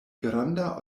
granda